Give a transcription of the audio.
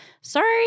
Sorry